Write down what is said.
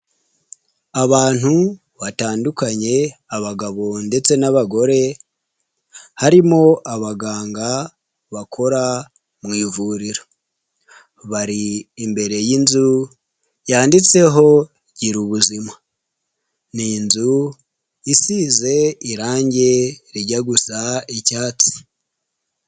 Abantu batandukanye abagabo ndetse n'abagore, harimo abaganga bakora mu ivuriro. Bari imbere y'inzu yanditseho gira ubuzima, ni inzu isize irangi rijya gusa icyatsi.